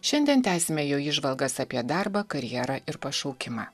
šiandien tęsime jo įžvalgas apie darbą karjerą ir pašaukimą